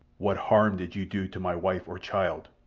what harm did you do to my wife or child?